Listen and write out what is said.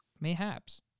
Mayhaps